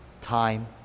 time